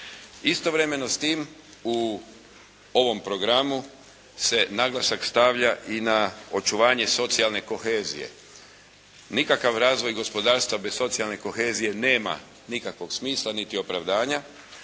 Istovremeno s tim u ovom programu se naglasak stavlja i na očuvanje socijalne kohezije. Nikakav razvoj gospodarstva bez socijalne kohezije nema nikakvog smisla niti opravdanja